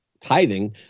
tithing